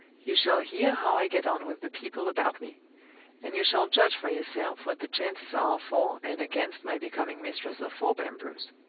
you shall hear how i get on with the people about me and you shall judge for yourself what the chances are for and against my becoming mistress of thorpe ambrose.